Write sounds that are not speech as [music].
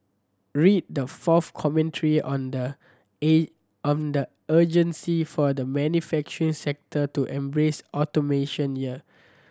read the fourth commentary on the [unintelligible] on the urgency for the manufacturing sector to embrace automation here